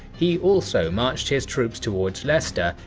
he also marched his troops towards leicester,